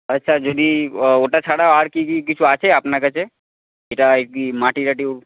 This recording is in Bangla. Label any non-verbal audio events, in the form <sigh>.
আচ্ছা যদি ওটা ছাড়াও আর কী কী কিছু আছে আপনার কাছে যেটা আর কি মাটি টাটি <unintelligible>